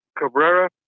Cabrera